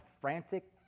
frantic